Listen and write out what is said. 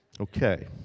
Okay